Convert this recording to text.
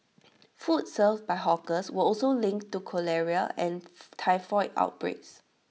food served by hawkers were also linked to cholera and typhoid outbreaks